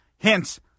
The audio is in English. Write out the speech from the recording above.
Hence